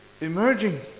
emerging